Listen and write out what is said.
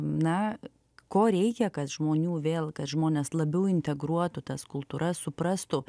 na ko reikia kad žmonių vėl kad žmonės labiau integruotų tas kultūras suprastų